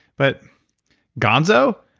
but gonzo?